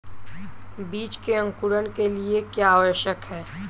बीज के अंकुरण के लिए क्या आवश्यक है?